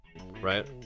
right